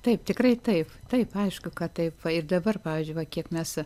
taip tikrai taip taip aišku kad taip va ir dabar pavyzdžiui va kiek mes